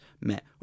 met